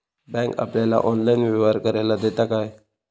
Bank आपल्याला online व्यवहार करायला देता काय?